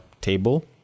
table